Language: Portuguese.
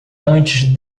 antes